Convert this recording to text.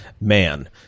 man